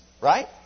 right